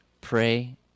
pray